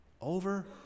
Over